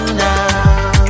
now